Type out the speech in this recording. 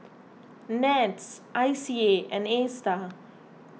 NETS I C A and Astar